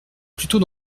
plutôt